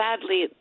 sadly